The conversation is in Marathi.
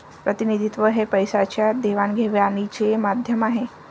प्रतिनिधित्व हे पैशाच्या देवाणघेवाणीचे माध्यम आहे